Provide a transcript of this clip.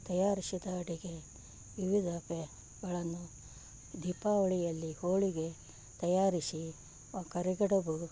ತಯಾರಿಸಿದ ಅಡುಗೆ ವಿವಿಧ ಪೇ ಗಳನ್ನು ದೀಪಾವಳಿಯಲ್ಲಿ ಹೋಳಿಗೆ ತಯಾರಿಸಿ ಕರಿಗಡುಬು